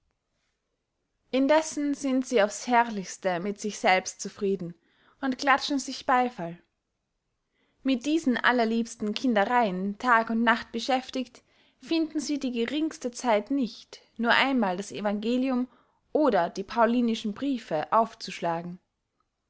indessen sind sie aufs herrlichste mit sich selbst zufrieden und klatschen sich beyfall mit diesen allerliebsten kindereyen tag und nacht beschäftigt finden sie die geringste zeit nicht nur einmal das evangelium oder die paulinischen briefe aufzuschlagen